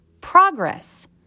progress